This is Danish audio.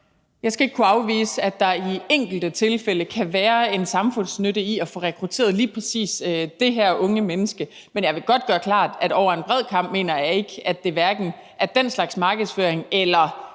Jeg skal ikke kunne afvise, at der i enkelte tilfælde kan være en samfundsnytte i at få rekrutteret lige præcis det her unge menneske, men jeg vil godt gøre det klart, at over en bred kam mener jeg ikke, at vores uddannelsespenge skal gå til den slags markedsføring eller